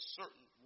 certain